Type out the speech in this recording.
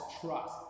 trust